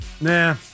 Nah